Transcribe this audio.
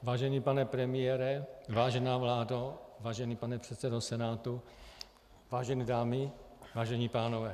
Vážený pane premiére, vážená vládo, vážený pane předsedo Senátu, vážené dámy, vážení pánové.